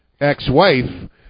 ex-wife